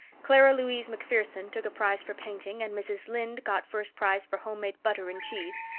clara louise macpherson took a prize for painting, and mrs. lynde got first prize for homemade butter and cheese.